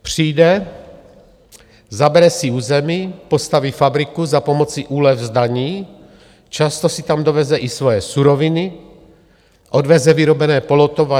Přijde, zabere si území, postaví fabriku za pomoci úlev z daní, často si tam doveze i svoje suroviny, odveze vyrobené polotovary.